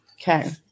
Okay